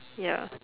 ya